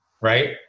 right